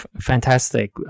fantastic